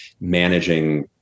managing